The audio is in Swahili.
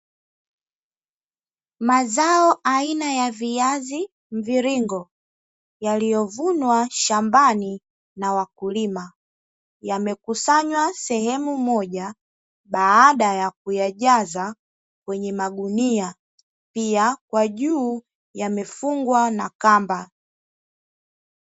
Mazao aina ya viazi mviringo yaliyovunwa shambani na wakulima, yamekusanywa sehemu moja baada ya kuyajaza kwenye magunia, pia kwa juu yamefungwa na kamba.